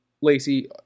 Lacey